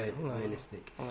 realistic